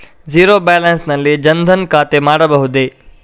Zero balance ನಲ್ಲಿ ಜನ್ ಧನ್ ಖಾತೆ ಮಾಡಬಹುದೇ?